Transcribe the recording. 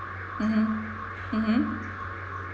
mmhmm mmhmm